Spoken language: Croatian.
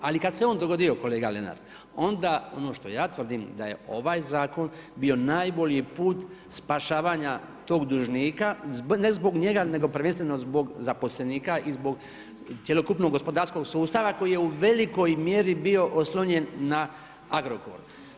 Ali kada se on dogodio kolega Lenart, onda ono što ja tvrdim da je ovaj zakon bio najbolji put spašavanja tog dužnika, ne zbog njega nego prvenstveno zbog zaposlenika i cjelokupnog gospodarskog sustava koji je u velikoj mjeri bio oslonjen na Agrokor.